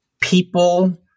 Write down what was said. people